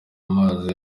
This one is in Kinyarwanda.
amazi